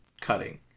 cutting